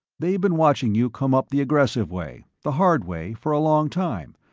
they've been watching you come up the aggressive way, the hard way, for a long time,